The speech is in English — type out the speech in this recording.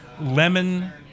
lemon